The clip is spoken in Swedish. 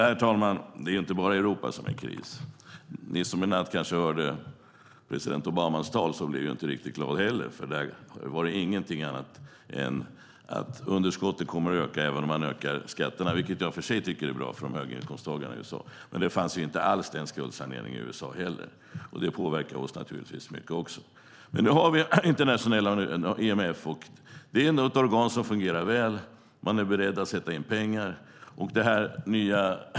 Herr talman! Det är inte bara i Europa det är kris. Den som hörde president Obamas tal i natt blev inte gladare. Där sades att underskotten kommer att öka även om man höjer skatterna - vilket i och för sig är bra för höginkomsttagarna i USA. Men det fanns ingen skuldsanering i USA heller, och det påverkar oss också. IMF är ett organ som fungerar väl. Man är beredd att sätta in pengar.